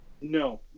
no